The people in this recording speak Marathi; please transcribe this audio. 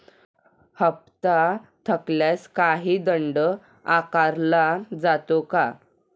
हप्ता थकल्यास काही दंड आकारला जातो का?